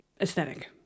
aesthetic